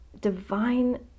divine